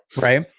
right? yeah.